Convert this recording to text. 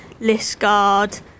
Liscard